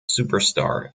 superstar